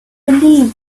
believe